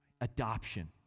Adoption